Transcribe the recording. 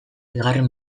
bigarren